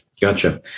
gotcha